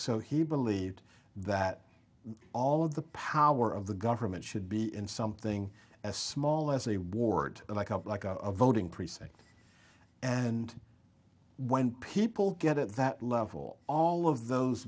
he believed that all of the power of the government should be in something as small as a ward like up like a voting precinct and when people get at that level all of those